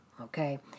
Okay